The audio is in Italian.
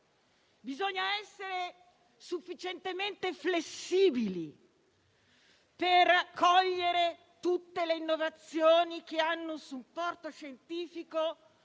Bisogna essere sufficientemente flessibili per cogliere tutte le innovazioni che hanno un supporto scientifico